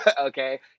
Okay